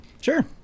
Sure